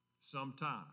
sometime